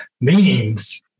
Meaning's